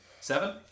Seven